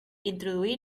introduí